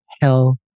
hell